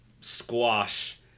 squash